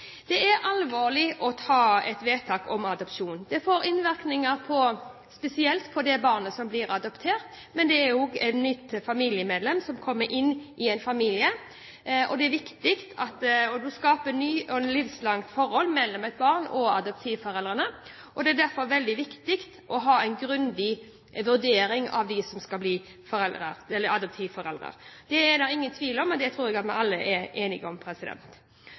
Det er alvorlig å gjøre et vedtak om adopsjon. Det får innvirkning spesielt for det barnet som blir adoptert, men det gjelder også et nytt familiemedlem som kommer inn i en familie. Man skaper et nytt og livslangt forhold mellom et barn og adoptivforeldrene, og det er derfor veldig viktig å ha en grundig vurdering av dem som skal bli adoptivforeldre. Det er det ingen tvil om, og det tror jeg at vi alle er enige om.